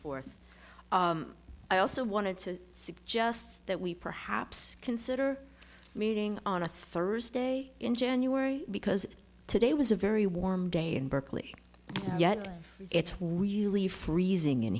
fourth i also wanted to suggest that we perhaps consider meeting on a thursday in january because today was a very warm day in berkeley yet it's really freezing in